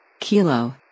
Kilo